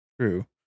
true